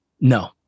no